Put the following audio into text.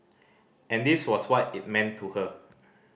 and this was what it meant to her